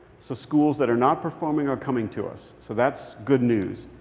so schools that are not performing are coming to us. so that's good news.